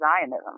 Zionism